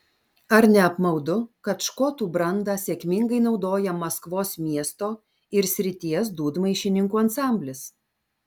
ar ne apmaudu kad škotų brandą sėkmingai naudoja maskvos miesto ir srities dūdmaišininkų ansamblis